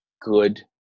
good